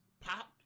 popped